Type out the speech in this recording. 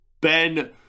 Ben